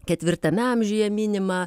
ketvirtame amžiuje minima